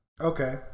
okay